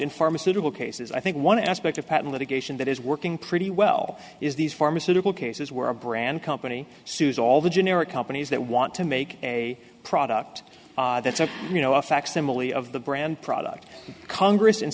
in pharmaceutical cases i think one aspect of patent litigation that is working pretty well is these pharmaceutical cases where a brand company sues all the generic companies that want to make a product that's a you know a facsimile of the brand product congress in